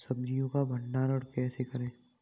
सब्जियों का भंडारण कैसे करें?